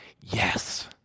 Yes